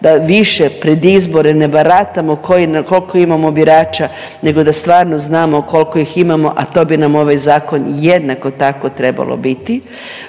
da više pred izbore ne baratamo koji, koliko imamo birača, nego da stvarno znamo koliko ih imamo, a to bi nam ovaj Zakon jednako tako trebalo biti.